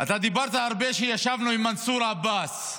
אתה דיברת הרבה, שישבנו עם מנסור עבאס.